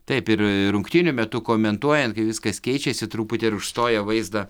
taip ir rungtynių metu komentuojant kai viskas keičiasi truputį ir užstoja vaizdą